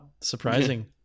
surprising